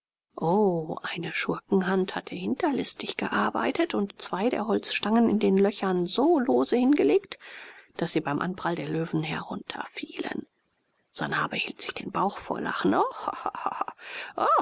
o eine schurkenhand hatte hinterlistig gearbeitet und zwei der holzstangen in den löchern so lose hingelegt daß sie beim anprall der löwen herunterfielen sanhabe hielt sich den bauch vor lachen